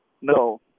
no